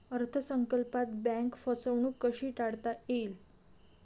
अर्थ संकल्पात बँक फसवणूक कशी टाळता येईल?